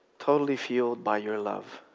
totally fueled by your love.